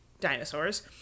dinosaurs